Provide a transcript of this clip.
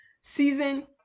season